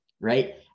right